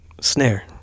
snare